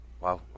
wow